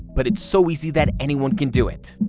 but it's so easy that anyone can do it.